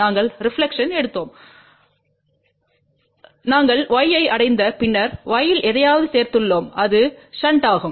நாங்கள் ரெப்லக்க்ஷன்பை எடுத்தோம் நாங்கள் y ஐ அடைந்த பின்னர் y இல் எதையாவது சேர்த்துள்ளோம் அது ஷுண்டாகும்